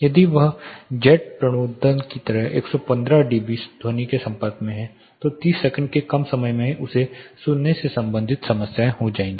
यदि वह जेट प्रणोदन की तरह 115 डीबी ध्वनि के संपर्क में है तो 30 सेकंड से कम समय में उसे सुनने से संबंधित समस्याएं होंगी